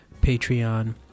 Patreon